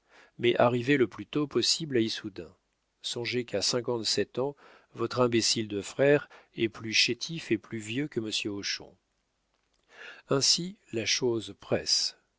mais arrivez le plus tôt possible à issoudun songez qu'à cinquante-sept ans votre imbécile de frère est plus chétif et plus vieux que monsieur hochon ainsi la chose presse